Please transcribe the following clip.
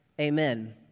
Amen